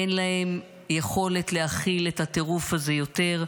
אין להם יכולת להכיל את הטירוף הזה יותר,